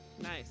Nice